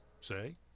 say